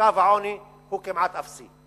לקו העוני הוא כמעט אפסי.